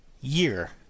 Year